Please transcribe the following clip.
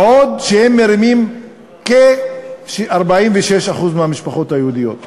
בעוד שהם מרימים כ-46% מהמשפחות היהודיות.